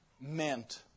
meant